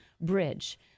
bridge